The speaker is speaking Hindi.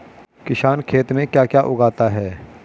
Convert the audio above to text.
किसान खेत में क्या क्या उगाता है?